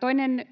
Toinen